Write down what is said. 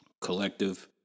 collective